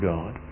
God